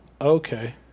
Okay